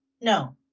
No